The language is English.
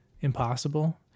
impossible